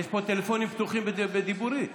יש פה טלפונים פתוחים בדיבורית.